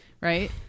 right